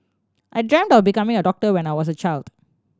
I dreamt of becoming a doctor when I was a child